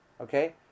Okay